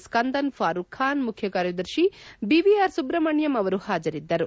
ಸ್ತಂದನ್ ಫಾರೂಕ್ ಖಾನ್ ಮುಖ್ಯ ಕಾರ್ಯದರ್ಶಿ ಬಿವಿಆರ್ ಸುಬ್ರಮಣ್ಣಂ ಅವರು ಹಾಜರಿದ್ದರು